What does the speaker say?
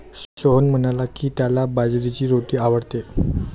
सोहन म्हणाला की, त्याला बाजरीची रोटी आवडते